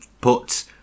put